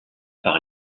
par